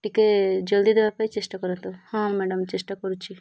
ଟିକେ ଜଲ୍ଦି ଦେବା ପାଇଁ ଚେଷ୍ଟା କରନ୍ତୁ ହଁ ମ୍ୟାଡ଼ାମ୍ ଚେଷ୍ଟା କରୁଛି